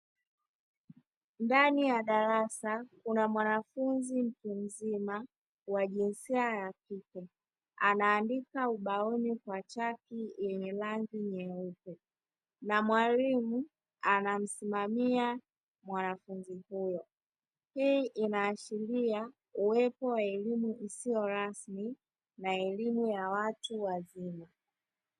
Ndani ya darasa kuna mwanafunzi mtu mzima wa jinsia ya kike, anaandika ubaoni kwa chaki yenye rangi nyeupe, na mwalimu anamsimamia mwanafunzi huyo. Hii inaashiria uwepo wa elimu isiyo rasmi na elimu ya watu wazima.